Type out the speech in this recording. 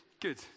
good